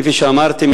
כפי שאמרתי,